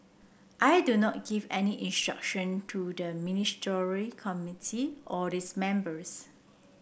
I do not give any instruction to the Ministry Committee or its members